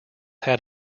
had